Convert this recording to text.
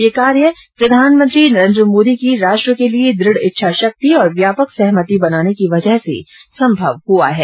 यह कार्य प्रधानमंत्री मोदी की राष्ट्र के लिये दृढ़ इच्छा शक्ति और व्यापक सहमति बनाने की वजह से संभव हुआ है